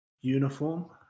uniform